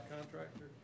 contractor